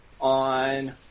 on